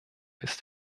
ist